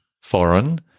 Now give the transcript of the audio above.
foreign